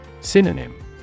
Synonym